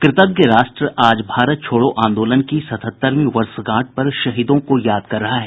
कृतज्ञ राष्ट्र आज भारत छोड़ो आंदोलन की सतहत्तरवीं वर्षगांठ पर शहीदों को याद कर रहा है